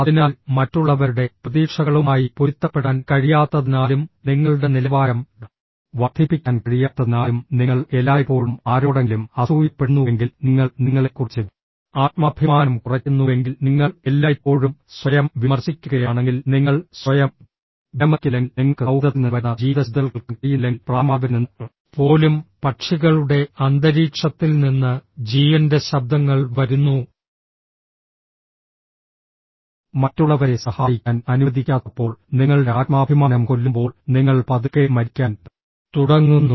അതിനാൽ മറ്റുള്ളവരുടെ പ്രതീക്ഷകളുമായി പൊരുത്തപ്പെടാൻ കഴിയാത്തതിനാലും നിങ്ങളുടെ നിലവാരം വർദ്ധിപ്പിക്കാൻ കഴിയാത്തതിനാലും നിങ്ങൾ എല്ലായ്പ്പോഴും ആരോടെങ്കിലും അസൂയപ്പെടുന്നുവെങ്കിൽ നിങ്ങൾ നിങ്ങളെക്കുറിച്ച് ആത്മാഭിമാനം കുറയ്ക്കുന്നുവെങ്കിൽ നിങ്ങൾ എല്ലായ്പ്പോഴും സ്വയം വിമർശിക്കുകയാണെങ്കിൽ നിങ്ങൾ സ്വയം വിലമതിക്കുന്നില്ലെങ്കിൽ നിങ്ങൾക്ക് സൌഹൃദത്തിൽ നിന്ന് വരുന്ന ജീവിതശബ്ദങ്ങൾ കേൾക്കാൻ കഴിയുന്നില്ലെങ്കിൽ പ്രായമായവരിൽ നിന്ന് പോലും പക്ഷികളുടെ അന്തരീക്ഷത്തിൽ നിന്ന് ജീവന്റെ ശബ്ദങ്ങൾ വരുന്നു മറ്റുള്ളവരെ സഹായിക്കാൻ അനുവദിക്കാത്തപ്പോൾ നിങ്ങളുടെ ആത്മാഭിമാനം കൊല്ലുമ്പോൾ നിങ്ങൾ പതുക്കെ മരിക്കാൻ തുടങ്ങുന്നു